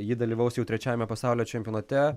ji dalyvaus jau trečiajame pasaulio čempionate